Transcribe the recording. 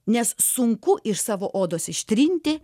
nes sunku iš savo odos ištrinti